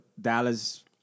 Dallas